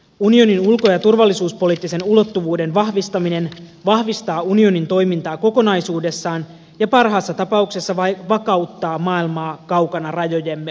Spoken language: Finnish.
unionin ulko ja turvallisuuspoliittisen ulottuvuuden vahvistaminen vahvistaa unionin toimintaa kokonaisuudessaan ja parhaassa tapauksessa vakauttaa maailmaa kaukana rajojemme ulkopuolella